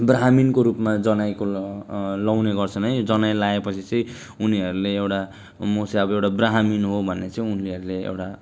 ब्राह्मिणको रूपमा जनैको ल लगाउने गर्छन् है जनै लगाएपछि चाहिँ उनीहरूले एउटा म चाहिँ अब एउटा ब्राह्मिण हो भन्ने चाहिँ उनीहरूले एउटा